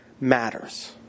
matters